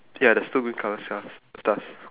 ya there's two green colour stars stars